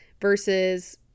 Versus